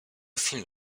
film